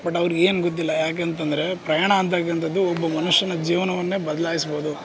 but ಅವ್ರಿಗೆ ಏನು ಗೊತ್ತಿಲ್ಲ ಯಾಕಂತಂದರೆ ಪ್ರಯಾಣ ಅಂತಕಂಥದ್ದು ಒಬ್ಬ ಮನುಷ್ಯನ ಜೀವನವನ್ನೇ ಬದಲಾಯಿಸ್ಬೌದು